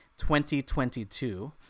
2022